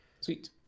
sweet